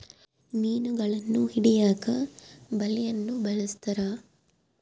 ಮೀನುಗಳನ್ನು ಹಿಡಿಯಕ ಬಲೆಯನ್ನು ಬಲಸ್ಥರ